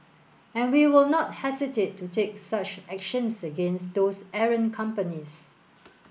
and we will not hesitate to take such actions against those errant companies